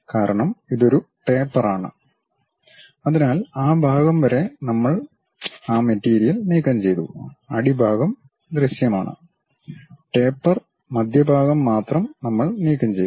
കാരണം ഇത് ഒരു ടേപ്പർ ആണ് അതിനാൽ ആ ഭാഗം വരെ നമ്മൾ ആ മെറ്റീരിയൽ നീക്കംചെയ്തു അടി ഭാഗം ദൃശ്യമാണ് ടേപ്പർ മധ്യഭാഗം മാത്രം നമ്മൾ നീക്കംചെയ്തു